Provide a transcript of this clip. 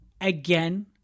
again